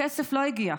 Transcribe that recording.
הכסף לא הגיע.